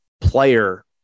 player